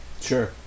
sure